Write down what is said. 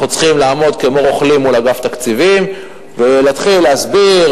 אנחנו צריכים לעמוד כמו רוכלים מול אגף תקציבים ולהתחיל להסביר,